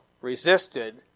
resisted